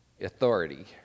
Authority